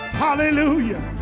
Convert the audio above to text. hallelujah